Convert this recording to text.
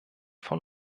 von